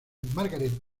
margaret